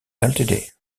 ltd